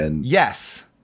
Yes